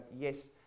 yes